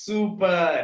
Super